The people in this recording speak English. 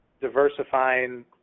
diversifying